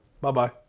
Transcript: Bye-bye